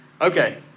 okay